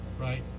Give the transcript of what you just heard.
right